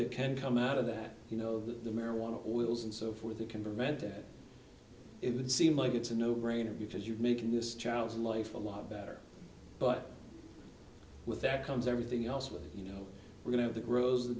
that can come out of that you know the marijuana oils and so forth it can prevent or it would seem like it's a no brainer because you're making this child's life a lot better but with that comes everything else with you know we're going to grows the